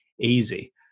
easy